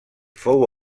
fou